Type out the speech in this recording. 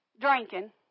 drinking